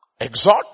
exhort